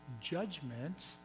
judgment